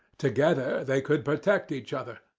together they could protect each other,